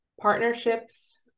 partnerships